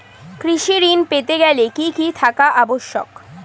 কৃষি ঋণ পেতে গেলে কি কি থাকা আবশ্যক?